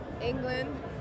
England